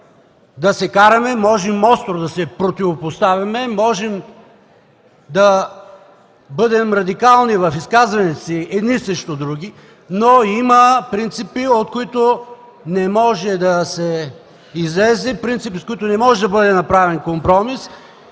да се караме, остро да се противопоставяме, можем да бъдем радикални в изказванията си – едни срещу други, но има принципи, от които не може да се излезе, принципи, с които не може да бъде направен компромис.